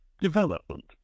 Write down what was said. development